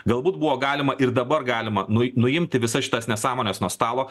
galbūt buvo galima ir dabar galima nueiti nuimti visas šitas nesąmones nuo stalo